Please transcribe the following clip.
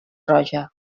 roja